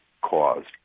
caused